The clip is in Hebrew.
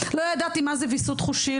לא ידעתי מה זה ויסות חושי,